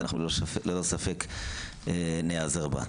אין ספק שניעזר בך.